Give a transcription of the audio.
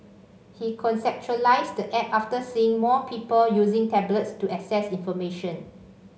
he conceptualised app after seeing more people using tablets to access information